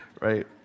right